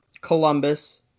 Columbus